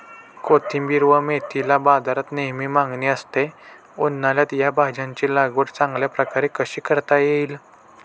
कोथिंबिर व मेथीला बाजारात नेहमी मागणी असते, उन्हाळ्यात या भाज्यांची लागवड चांगल्या प्रकारे कशी करता येईल?